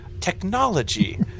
technology